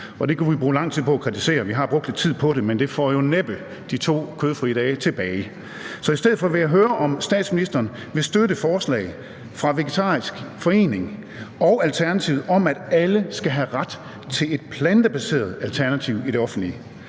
Vi har brugt lidt tid på det, men det får jo næppe de to kødfrie dage tilbage. Så i stedet for vil jeg høre, om statsministeren vil støtte et forslag fra Dansk Vegetarisk Forening og Alternativet om, at alle skal have ret til et plantebaseret alternativ i det offentlige.